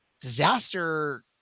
disaster